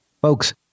Folks